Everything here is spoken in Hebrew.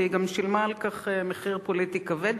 והיא גם שילמה על כך מחיר פוליטי כבד,